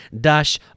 dash